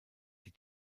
die